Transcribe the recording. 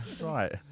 Right